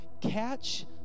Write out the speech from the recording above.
catch